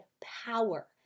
power